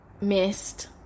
missed